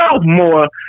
more